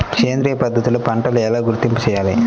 సేంద్రియ పద్ధతిలో పంటలు ఎలా గుర్తింపు చేయాలి?